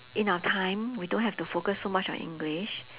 in our time we don't have to focus so much on english